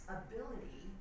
ability